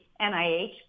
nih